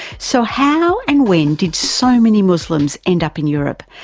so how and when did so many muslims end up in europe?